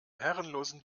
herrenlosen